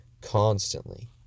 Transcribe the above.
constantly